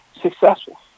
successful